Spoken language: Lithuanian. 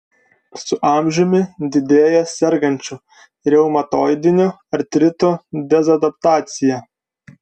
su amžiumi didėja sergančių reumatoidiniu artritu dezadaptacija